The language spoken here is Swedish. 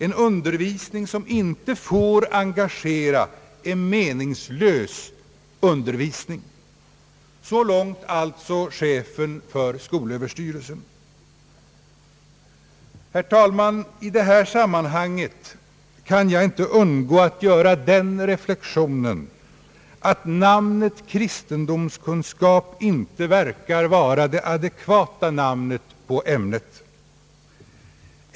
En undervisning som inte får engagera är en meningslös undervisning.» Så långt alltså chefen för skolöverstyrelsen. Herr talman! I det här sammanhanget kan jag inte undgå att göra den reflexionen att namnet kristendomskunskap inte verkar vara det adekvata namnet på ämnet.